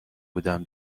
بودم